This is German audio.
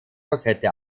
rosette